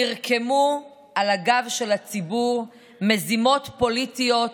נרקמו על הגב של הציבור מזימות פוליטיות,